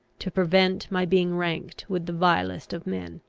to prevent my being ranked with the vilest of men.